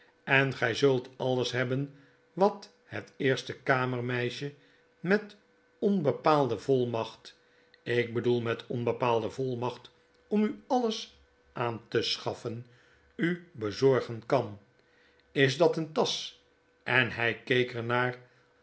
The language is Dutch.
en gij zult alles hebben wat het eerste kamermeisjemet onbepaalde volmacht ik bedoel met onbepaalde volmacht om u alles aan te schaffen u bezorgen kan is dat een tasch en hy keeker